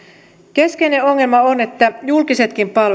keskeinen ongelma on että julkisetkin palvelut